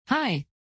Hi